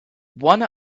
one